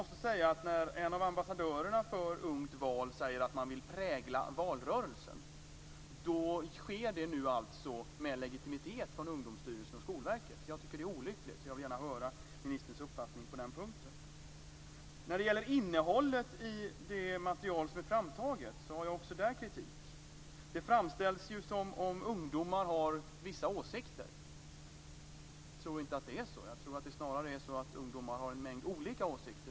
När en av ambassadörerna för Ungt val säger att man vill prägla valrörelsen sker det alltså med legitimitet från Ungdomsstyrelsen och Skolverket. Jag tycker att det är olyckligt. Jag vill gärna höra ministerns uppfattning på den punkten. När det gäller innehållet i det material som är framtaget har jag också kritik. Det framställs ju som att ungdomar har vissa åsikter. Jag tror inte att det är så. Jag tror snarare att ungdomar har en mängd olika åsikter.